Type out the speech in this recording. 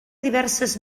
diverses